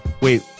Wait